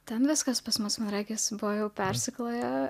ten viskas pas mus man regis buvo jau persikloja